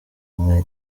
inka